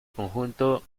conjunto